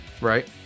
right